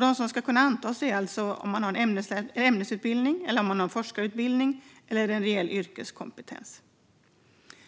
De som ska kunna antas är alltså de som har en ämnesutbildning, en forskarutbildning eller en reell yrkeskompetens.